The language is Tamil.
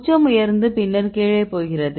உச்சம் உயர்ந்து பின்னர் கீழே போகிறது